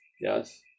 yes